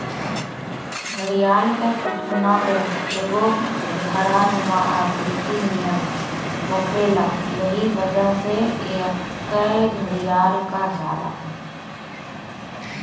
घड़ियाल के थुथुना पे एगो घड़ानुमा आकृति नियर होखेला एही वजह से एके घड़ियाल कहल जाला